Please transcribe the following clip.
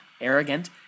arrogant